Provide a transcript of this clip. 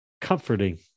comforting